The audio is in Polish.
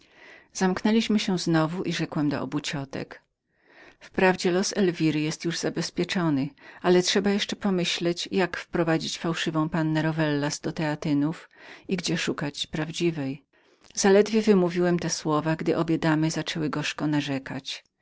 zamknęliśmy się rzekłem do obu ciotek wprawdzie los elwiry jest już zabezpieczonym ale jakże wprowadzimy fałszywą pannę rowellas do teatynów prawdziwą zaś gdzie znajdziemy zaledwie wymówiłem te słowa gdy obie damy zaczęły gorzko narzekać